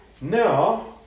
Now